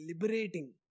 liberating